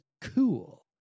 cool